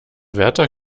wärter